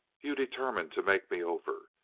you determined to make me over.